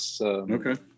Okay